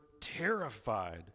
terrified